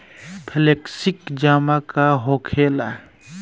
Flexi जमा का होखेला?